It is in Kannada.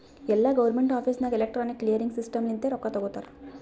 ಎಲ್ಲಾ ಗೌರ್ಮೆಂಟ್ ಆಫೀಸ್ ನಾಗ್ ಎಲೆಕ್ಟ್ರಾನಿಕ್ ಕ್ಲಿಯರಿಂಗ್ ಸಿಸ್ಟಮ್ ಲಿಂತೆ ರೊಕ್ಕಾ ತೊಗೋತಾರ